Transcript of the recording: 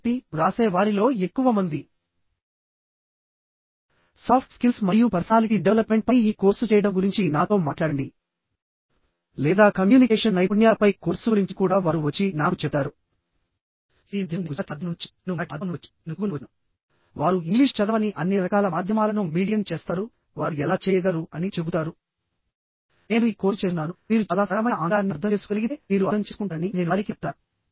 కాబట్టివ్రాసే వారిలో ఎక్కువ మంది సాఫ్ట్ స్కిల్స్ మరియు పర్సనాలిటీ డెవలప్మెంట్ పై ఈ కోర్సు చేయడం గురించి నాతో మాట్లాడండి లేదా కమ్యూనికేషన్ నైపుణ్యాలపై కోర్సు గురించి కూడా వారు వచ్చి నాకు చెప్తారు హిందీ మాధ్యమం నేను గుజరాతీ మాధ్యమం నుండి వచ్చాను నేను మరాఠీ మాధ్యమం నుండి వచ్చాను నేను తెలుగు నుండి వచ్చాను వారు ఇంగ్లీష్ చదవని అన్ని రకాల మాధ్యమాలను మీడియం చేస్తారువారు ఎలా చేయగలరు అని చెబుతారు నేను ఈ కోర్సు చేస్తున్నాను మీరు చాలా సరళమైన ఆంగ్లాన్ని అర్థం చేసుకోగలిగితే మీరు అర్థం చేసుకుంటారని నేను వారికి చెప్తాను